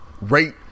rate